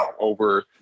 over